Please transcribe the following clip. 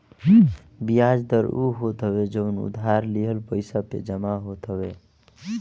बियाज दर उ होत हवे जवन उधार लिहल पईसा पे जमा होत हवे